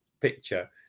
picture